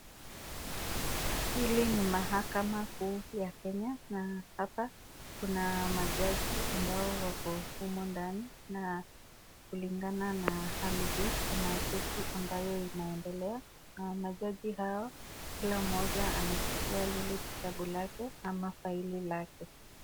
Hili ni mahakama kuu ya Kenya na hapa kuna majaji ambao wako humo ndani na kulingana na hali hii kuna kesi ambayo inaendelea na majaji hao kila mmoja amechukua lile kitabu lake ama faili lake.